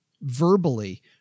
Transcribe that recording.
verbally